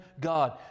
God